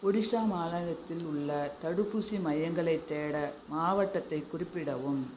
ஒடிசா மாநிலத்தில் உள்ள தடுப்பூசி மையங்களைத் தேட மாவட்டத்தைக் குறிப்பிடவும்